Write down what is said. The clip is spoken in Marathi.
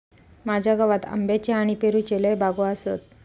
माझ्या गावात आंब्याच्ये आणि पेरूच्ये लय बागो आसत